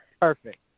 Perfect